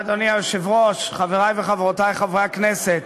אדוני היושב-ראש, תודה, חברי וחברותי חברי הכנסת,